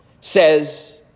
says